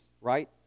right